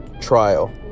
trial